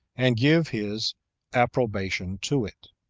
and give his approbation to it.